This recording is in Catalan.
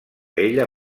ella